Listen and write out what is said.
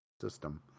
system